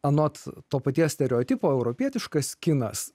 anot to paties stereotipo europietiškas kinas